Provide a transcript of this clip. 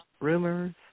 rumors